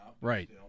Right